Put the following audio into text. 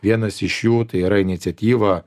vienas iš jų tai yra iniciatyva